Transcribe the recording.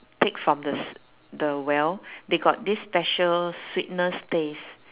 take from the s~ the well they got this special sweetness taste